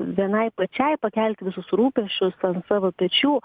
vienai pačiai pakelti visus rūpesčius ant savo pečių